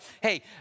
hey